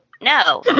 No